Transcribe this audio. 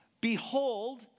behold